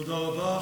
תודה רבה.